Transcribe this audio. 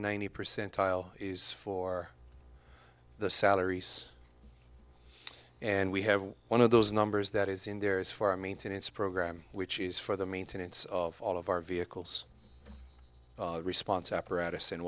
ninety percentile is for the salaries and we have one of those numbers that is in there is for our maintenance program which is for the maintenance of all of our vehicles the response apparatus and